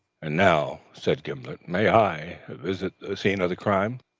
and now, said gimblet, may i visit the scene of the crime?